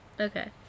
okay